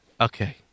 Okay